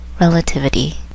Relativity